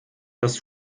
dass